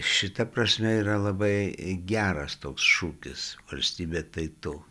šita prasme yra labai geras toks šūkis valstybė tai tu